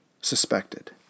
suspected